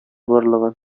барлыгын